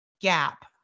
gap